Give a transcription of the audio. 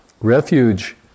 Refuge